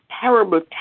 terrible